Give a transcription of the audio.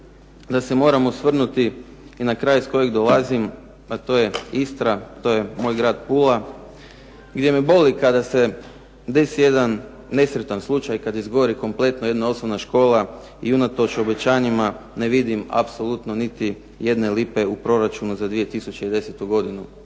da se moram osvrnuti i na kraj iz kojeg dolazim, a to je Istra, to je moj grad Pula, gdje me boli kada se desi jedan nesretan slučaj, kada izgori jedna kompletna osnovna škola i unatoč obećanjima ne vidim apsolutno nijedne lipe u proračunu za 2010. godinu.